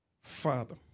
Father